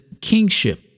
kingship